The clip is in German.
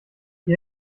die